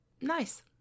Nice